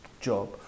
job